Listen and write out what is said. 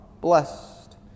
blessed